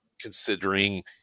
considering